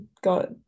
got